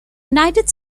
united